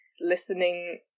listening